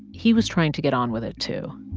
he was trying to get on with it, too.